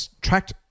tracked